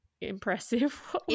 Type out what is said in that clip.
impressive